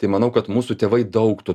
tai manau kad mūsų tėvai daug to